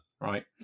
Right